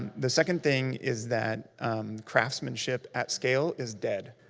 the second thing is that craftsmanship at scale is dead.